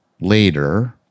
later